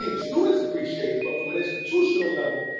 the students appreciate it, but from an institutional level,